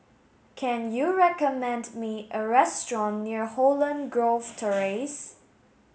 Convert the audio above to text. can you recommend me a restaurant near Holland Grove Terrace